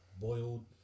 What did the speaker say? boiled